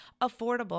affordable